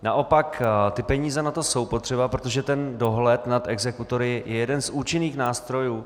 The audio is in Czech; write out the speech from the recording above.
Naopak, ty peníze na to jsou potřeba, protože dohled nad exekutory je jeden z účinných nástrojů.